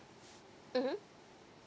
mmhmm